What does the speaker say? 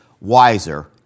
wiser